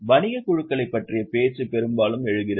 வணிகக் குழுக்களைப் பற்றிய பேச்சு பெரும்பாலும் எழுகிறது